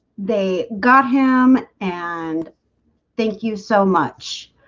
they got him and thank you so much